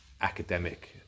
academic